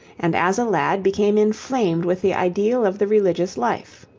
and as a lad became inflamed with the ideal of the religious life.